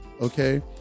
okay